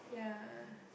yeah